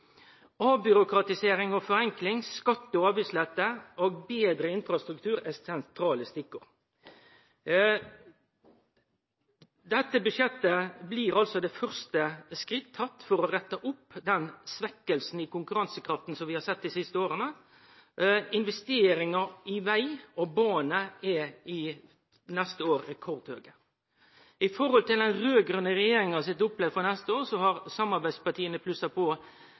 Avbyråkratisering og forenkling, skatte- og avgiftslette og betre infrastruktur er sentrale stikkord. Med dette budsjettet blir det første skrittet tatt for å rette opp den svekkinga av konkurransekrafta som vi har sett dei siste åra. Investeringar i veg og bane er rekordhøge neste år. I forhold til den raud-grøne regjeringa sitt opplegg for neste år, har samarbeidspartia plussa på